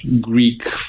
Greek